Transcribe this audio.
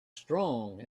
strong